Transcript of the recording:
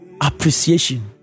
appreciation